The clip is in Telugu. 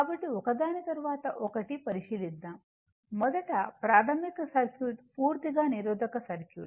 కాబట్టి ఒక దాని తరువాత ఒకటి పరిశీలిద్దాం మొదట ప్రాధమిక సర్క్యూట్ పూర్తిగా నిరోధక సర్క్యూట్